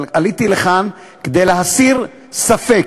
אבל עליתי לכאן כדי להסיר ספק,